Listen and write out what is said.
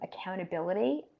accountability